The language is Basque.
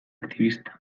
aktibista